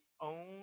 own